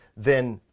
then,